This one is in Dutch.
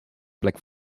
plek